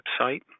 website